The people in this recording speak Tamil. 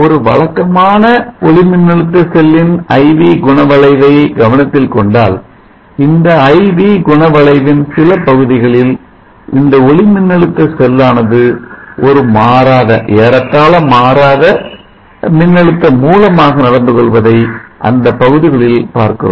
ஒரு வழக்கமான ஒளிமின்னழுத்த செல்லின் I V ஐ வி குண வளைவை கவனத்தில் கொண்டால் இந்த I V ஐ வி குணவளைவின் சில பகுதிகளில் இந்த ஒளிமின்னழுத்த செல்லானது ஒரு மாறாத ஏறத்தாழ மாறாத மின்னழுத்த மூலமாக நடந்துகொள்வதை அந்த பகுதிகளில் பார்க்கிறோம்